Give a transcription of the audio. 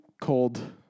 Cold